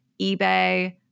eBay